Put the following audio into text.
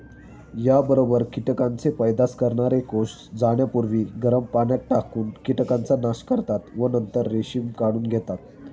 याबरोबर कीटकांचे पैदास करणारे कोष जाण्यापूर्वी गरम पाण्यात टाकून कीटकांचा नाश करतात व नंतर रेशीम काढून घेतात